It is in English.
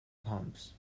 pumps